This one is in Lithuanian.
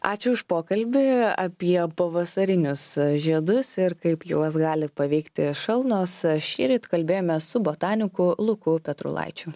ačiū už pokalbį apie pavasarinius žiedus ir kaip juos gali paveikti šalnos šįryt kalbėjome su botaniku luku petrulaičiu